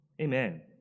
Amen